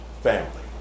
family